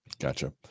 Gotcha